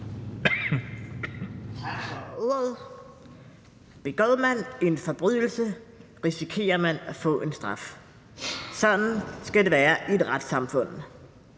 Begår man en forbrydelse, risikerer man at få en straf. Sådan skal det være i et retssamfund.